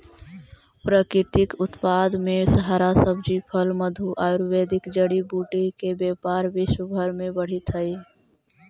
प्राकृतिक उत्पाद में हरा सब्जी, फल, मधु, आयुर्वेदिक जड़ी बूटी के व्यापार विश्व भर में बढ़ित हई